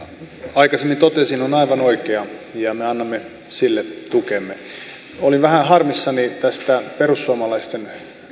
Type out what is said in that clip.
aikaisemmin totesin aivan oikea ja me annamme sille tukemme olin vähän harmissani tästä perussuomalaisten